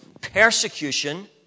persecution